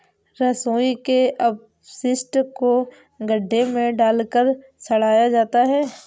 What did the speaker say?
रसोई के अपशिष्ट को गड्ढे में डालकर सड़ाया जाता है